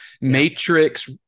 Matrix